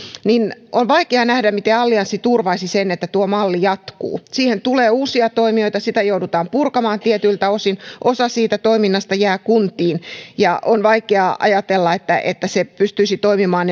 niin on vaikea nähdä miten allianssi turvaisi sen että tuo malli jatkuu siihen tulee uusia toimijoita sitä joudutaan purkamaan tietyiltä osin osa siitä toiminnasta jää kuntiin ja on vaikea ajatella että että se pystyisi toimimaan